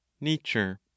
nature